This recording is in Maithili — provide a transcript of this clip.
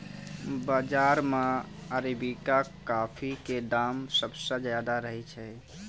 बाजार मॅ अरेबिका कॉफी के दाम सबसॅ ज्यादा रहै छै